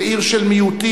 כעיר של מיעוטים,